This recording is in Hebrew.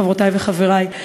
חברותי וחברי,